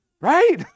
Right